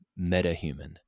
Metahuman